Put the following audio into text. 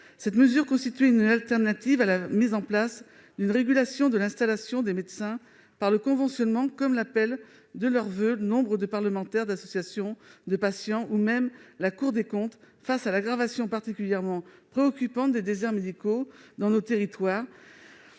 Cette mesure constitue une solution de substitution à la mise en place d'une régulation de l'installation des médecins par le conventionnement, qu'appellent de leurs voeux nombre de parlementaires et d'associations de patients et même la Cour des comptes, face à l'aggravation particulièrement préoccupante des déserts médicaux dans nos territoires,